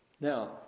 Now